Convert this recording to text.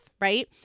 right